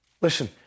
Listen